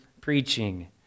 preaching